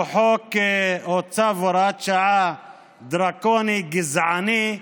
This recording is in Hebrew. הוא חוק או צו הוראת שעה דרקוני, גזעני,